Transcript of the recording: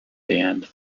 band